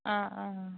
অঁ অঁ